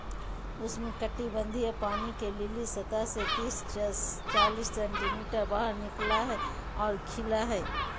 उष्णकटिबंधीय पानी के लिली सतह से तिस चालीस सेंटीमीटर बाहर निकला हइ और खिला हइ